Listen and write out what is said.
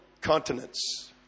continents